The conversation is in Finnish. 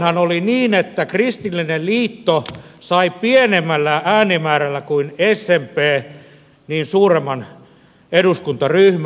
tuolloinhan oli niin että kristillinen liitto sai pienemmällä äänimäärällä kuin smp suuremman eduskuntaryhmän